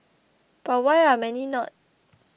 but why are many not